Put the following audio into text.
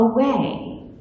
away